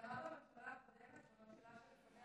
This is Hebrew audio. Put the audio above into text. זה קרה בממשלה הקודמת.